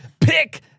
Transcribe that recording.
pick